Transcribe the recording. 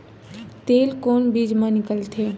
तेल कोन बीज मा निकलथे?